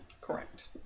Correct